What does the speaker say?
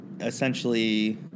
essentially